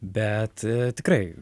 bet tikrai